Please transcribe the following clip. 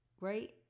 right